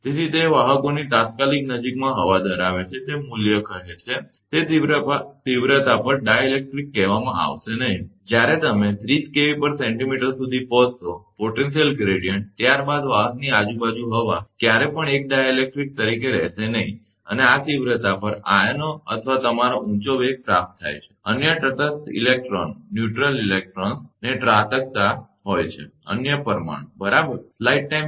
તેથી તે વાહકોની તાત્કાલિક નજીકમાં હવા ધરાવે છે તે મૂલ્ય કહે છે તે તીવ્રતા પર ડાઇલેક્ટ્રિક કહેવામાં આવશે નહીં જ્યારે તમે 30 kVcm સુધી પહોંચશો પોટેન્શિયલ ગ્રેડીયંટ ત્યારબાદ વાહકની આજુબાજુની હવા ક્યારેય પણ એક ડાઇલેક્ટ્રિક તરીકે રહેશે નહીં અને આ તીવ્રતા પર આયનો અથવા તમારો ઊંચો વેગ પ્રાપ્ત થાય છે અને અન્ય તટસ્થ ઇલેક્ટ્રોનને ત્રાટકતા હોય છે અન્ય પરમાણુ બરાબર